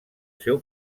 seu